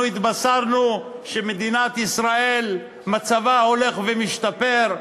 אנחנו התבשרנו שמדינת ישראל, מצבה הולך ומשתפר.